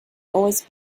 always